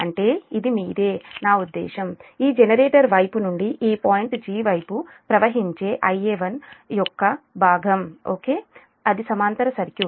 అంటే ఇది మీదే నా ఉద్దేశ్యం ఈ జెనరేటర్ వైపు నుండి ఈ పాయింట్ 'g' వైపు ప్రవహించే Ia1 యొక్క భాగం ఓకే అది సమాంతర సర్క్యూట్